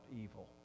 evil